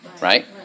right